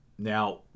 Now